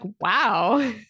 wow